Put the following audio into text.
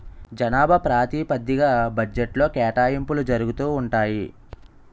జనాభా ప్రాతిపదిగ్గా బడ్జెట్లో కేటాయింపులు జరుగుతూ ఉంటాయి